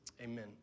Amen